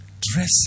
Dress